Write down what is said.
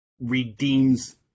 redeems